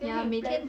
ya 每天